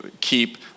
keep